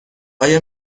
آیا